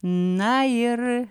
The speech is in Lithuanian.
na ir